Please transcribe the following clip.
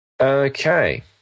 Okay